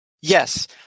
Yes